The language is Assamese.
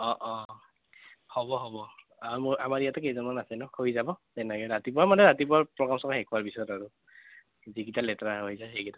অঁ অঁ হ'ব হ'ব আৰু মোৰ আমাৰ ইয়াতো কেইজনমান আছে ন হৈ যাব তেনেকৈ ৰাতিপুৱা মানে ৰাতিপুৱা প্ৰগ্ৰাম চ্ৰগ্ৰাম শেষ হোৱাৰ পিছত আৰু যিকেইটা লেতেৰা হৈ যায় সেইকেইটা